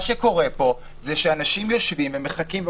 אנשים יושבים ומחכים,